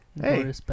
Hey